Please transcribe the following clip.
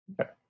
Okay